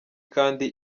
kandi